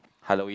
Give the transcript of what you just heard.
Halloween